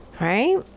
right